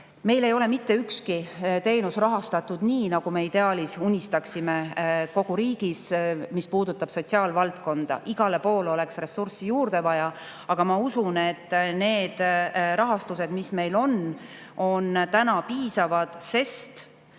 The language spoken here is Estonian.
Meil ei ole mitte ükski teenus kogu riigis rahastatud nii, nagu me ideaalis unistaksime, mis puudutab sotsiaalvaldkonda. Igale poole oleks ressurssi juurde vaja, aga ma usun, et see rahastus, mis meil on, on piisav, sest